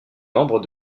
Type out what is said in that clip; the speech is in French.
membre